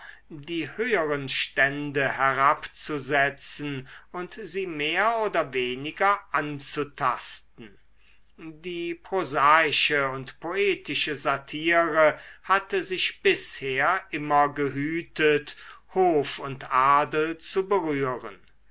die höheren stände herabzusetzen und sie mehr oder weniger anzutasten die prosaische und poetische satire hatte sich bisher immer gehütet hof und adel zu berühren